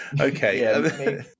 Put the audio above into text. Okay